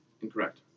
Incorrect